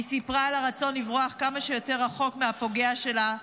היא סיפרה על הרצון לברוח כמה שיותר רחוק מהפוגע שלה.